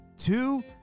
two